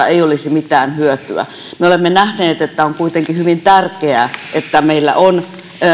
ei olisi mitään hyötyä me olemme nähneet että on kuitenkin hyvin tärkeää että meillä on